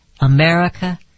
America